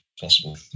possible